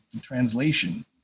translation